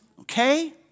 Okay